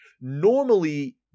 normally